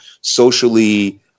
socially